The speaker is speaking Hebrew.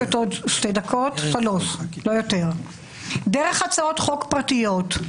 דרך הצעות חוק פרטיות,